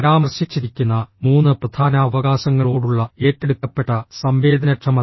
പരാമർശിച്ചിരിക്കുന്ന 3 പ്രധാന അവകാശങ്ങളോടുള്ള ഏറ്റെടുക്കപ്പെട്ട സംവേദനക്ഷമത